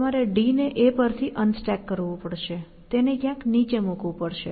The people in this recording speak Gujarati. તમારે D ને A પર થી અનસ્ટેક કરવું પડશે તેને ક્યાંક નીચે મૂકવું પડશે